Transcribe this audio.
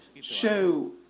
show